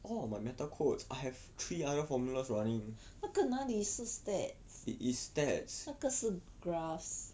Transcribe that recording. all on my meta quotes I have three other formula it is stats